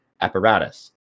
apparatus